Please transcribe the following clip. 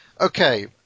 Okay